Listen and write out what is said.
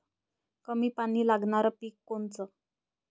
कमी पानी लागनारं पिक कोनचं?